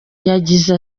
yagize